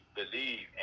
believe